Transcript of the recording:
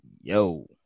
Yo